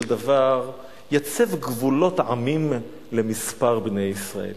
דבר יצב גבולות עמים למספר בני ישראל.